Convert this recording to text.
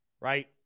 Right